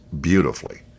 beautifully